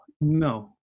no